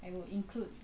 I will include